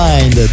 Mind